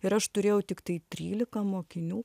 ir aš turėjau tiktai trylika mokinių